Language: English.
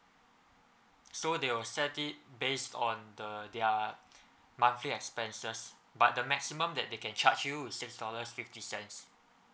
so they will set it based on the their monthly expenses but the maximum that they can charge you is six dollars fifty cents